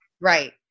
Right